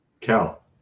Cal